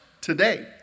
today